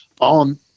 On